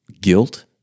guilt